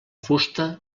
fusta